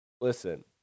Listen